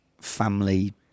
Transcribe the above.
family